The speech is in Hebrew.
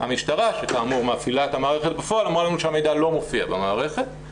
המשטרה שכאמור מפעילה את המערכת בפועל אמרה לנו שהמידע לא מופיע במערכת.